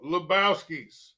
Lebowski's